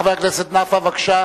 חבר הכנסת נפאע, בבקשה.